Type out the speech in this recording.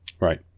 Right